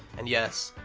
and yes,